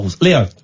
Leo